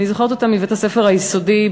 אני זוכרת אותה מבית-הספר היסודי,